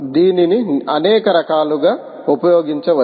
దీనిని అనేక రకాలుగా ఉపయోగించవచ్చు